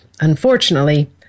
Unfortunately